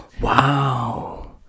Wow